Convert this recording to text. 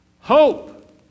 hope